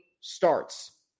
starts